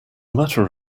matter